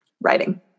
Writing